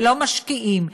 ולא משקיעים,